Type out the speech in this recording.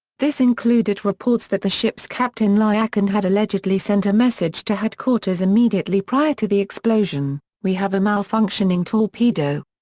this included reports that the ship's captain lyachin had allegedly sent a message to headquarters immediately prior to the explosion, we have a malfunctioning torpedo.